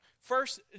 First